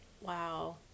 wow